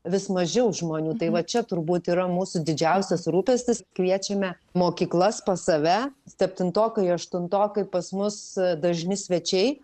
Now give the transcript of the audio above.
vis mažiau žmonių tai va čia turbūt yra mūsų didžiausias rūpestis kviečiame mokyklas pas save septintokai aštuntokai pas mus dažni svečiai